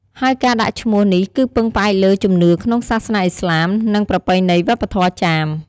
ហើយការដាក់ឈ្មោះនេះគឺពឹងផ្អែកលើ ជំនឿក្នុងសាសនាឥស្លាម និងប្រពៃណីវប្បធម៌ចាម។